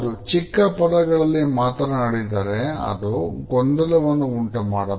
ಚಿಕ್ಕ ಪದಗಳಲ್ಲಿ ಮಾತನಾಡಿದರೆ ಅದು ಗೊಂದಲವನ್ನು ಉಂಟು ಮಾಡಬಹುದು